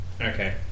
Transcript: okay